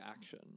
action